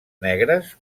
negres